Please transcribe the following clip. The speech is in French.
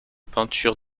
peinture